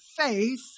faith